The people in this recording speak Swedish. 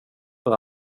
för